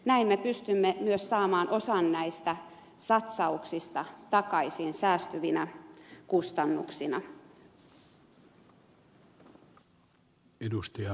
näin me pystymme myös saamaan osan näistä satsauksista takaisin säästyvinä kustannuksina